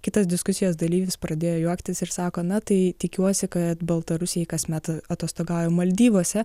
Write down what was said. kitas diskusijos dalyvis pradėjo juoktis ir sako na tai tikiuosi kad baltarusija kasmet atostogauja maldyvuose